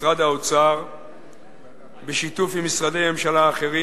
משרד האוצר בשיתוף עם משרדי ממשלה אחרים,